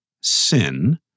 sin